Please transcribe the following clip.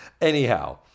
Anyhow